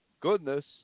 goodness